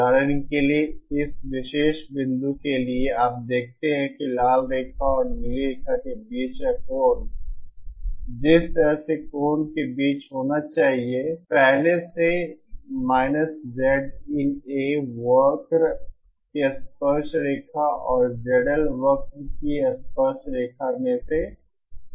उदाहरण के लिए इस विशेष बिंदु के लिए आप देखते हैं कि लाल रेखा और नीली रेखा के बीच का कोण जिस तरह से कोण के बीच होना चाहिए पहले इसे ZinA वक्र की स्पर्शरेखा और ZL वक्र की स्पर्शरेखा में से शुरू करना होगा